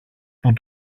που